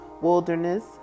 wilderness